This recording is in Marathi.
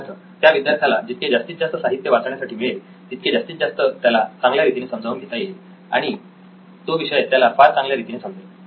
सिद्धार्थ त्या विद्यार्थ्याला जितके जास्तीत जास्त साहित्य वाचण्यासाठी मिळेल तितके जास्तीत जास्त त्याला चांगल्या रीतीने समजावून घेता येईल आणि तो विषय त्याला फार चांगल्या रीतीने समजेल